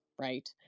right